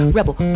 rebel